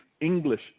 English